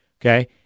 okay